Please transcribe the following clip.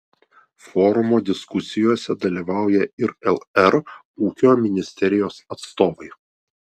forumo diskusijose dalyvauja ir lr ūkio ministerijos atstovai